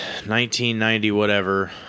1990-whatever